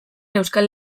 euskal